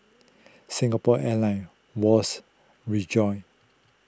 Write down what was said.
Singapore Airline Wall's Rejoice